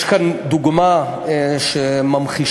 יש כאן דוגמה שממחישה,